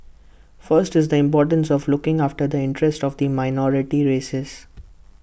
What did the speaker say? first is the importance of looking after the interest of the minority races